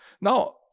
Now